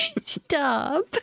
Stop